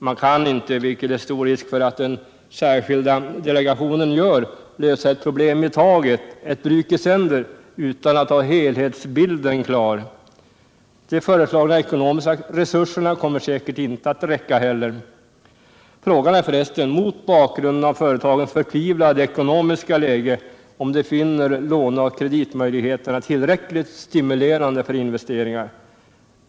Man kan inte, vilket det är stor risk för att den särskilda delegationen gör, lösa ett problem i taget — klara ett bruk i sänder — utan att ha helhetsbilden klar. De föreslagna ekonomiska resurserna kommer säkert inte heller att räcka. Frågan är för resten, mot bakgrund av företagens förtvivlade ekonomiska läge, om de finner låneoch kreditmöjligheterna tillräckligt stimulerande för investeringar.